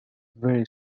very